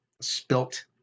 spilt